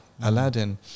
Aladdin